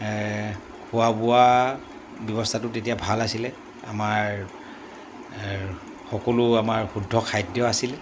খোৱা বোৱা ব্যৱস্থাটো তেতিয়া ভাল আছিলে আমাৰ সকলো আমাৰ শুদ্ধ খাদ্য আছিল